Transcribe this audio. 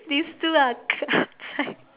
these two are